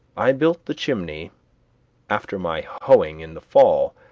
i built the chimney after my hoeing in the fall,